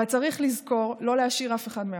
אבל צריך לזכור לא להשאיר אף אחד מאחור.